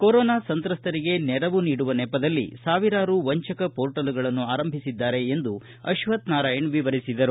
corona ಸಂತ್ರಸ್ತರಿಗೆ ನೆರವು ನೀಡುವ ನೆಪದಲ್ಲಿ ಸಾವಿರಾರು ವಂಚಕ ಪೋರ್ಟಲ್ಗಳನ್ನು ಆರಂಭಿಸಿದ್ದಾರೆ ಎಂದು ಅಶ್ವತ್ವ ನಾರಾಯಣ ವಿವರಿಸಿದರು